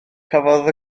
cafodd